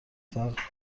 فقر